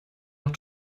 noch